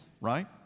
right